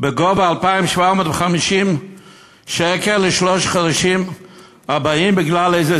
בגובה 2,750 שקל לשלושת החודשים הבאים בגלל איזה